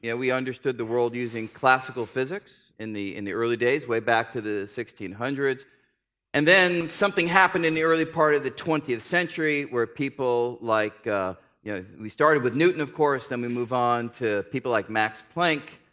yeah we understood the world using classical physics in the in the early days, way back to the one thousand and then something happened in the early part of the twentieth century, where people like yeah we started with newton, of course, then we moved on to people like max planck,